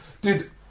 dude